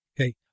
Okay